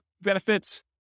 benefits